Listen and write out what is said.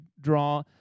draw